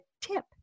tip